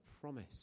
promise